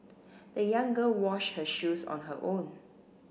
the young girl washed her shoes on her own